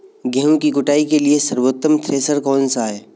गेहूँ की कुटाई के लिए सर्वोत्तम थ्रेसर कौनसा है?